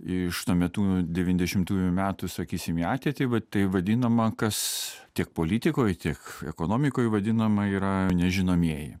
iš tuo metu devyniasdešimtųjų metų sakysim į ateitį va tai vadinama kas tiek politikoj tiek ekonomikoj vadinama yra nežinomieji